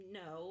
no